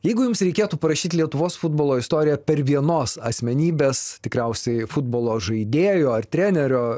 jeigu jums reikėtų parašyt lietuvos futbolo istoriją per vienos asmenybės tikriausiai futbolo žaidėjo ar trenerio